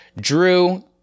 Drew